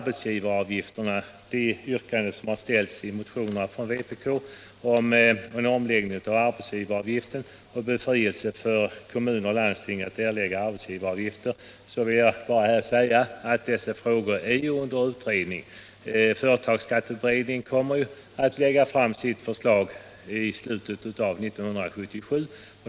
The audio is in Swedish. Beträffande de yrkanden som ställts i motioner från vpk om en omläggning av arbetsgivaravgiften och befrielse för kommuner och landsting från skyldigheten att erlägga arbetsgivaravgifter vill jag säga att dessa frågor är under utredning. Företagsskatteutredningen kommer att lägga fram sitt förslag i slutet av 1977.